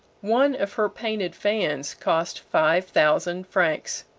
one of her painted fans cost five thousand francs.